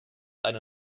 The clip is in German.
eine